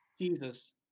Jesus